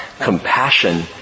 compassion